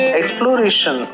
exploration